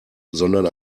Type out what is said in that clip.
sondern